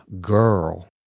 girl